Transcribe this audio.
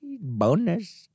Bonus